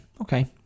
okay